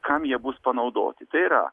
kam jie bus panaudoti tai yra